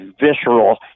visceral